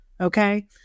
okay